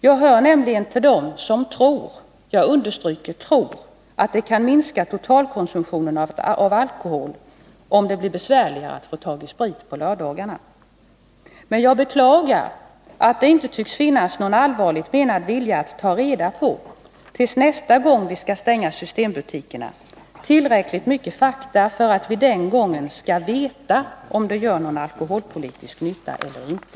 Jag hör nämligen till dem som tror — jag understyrker tror — att det kan minska totalkonsumtionen av alkohol, om det blir besvärligare att få tag i sprit på lördagar. Men jag beklagar att det inte tycks finnas någon allvarligt menad vilja att ta reda på — till nästa gång vi skall stänga systembutikerna — tillräckligt mycket fakta för att vi den gången skall vera om det gör någon alkoholpolitisk nytta eller inte.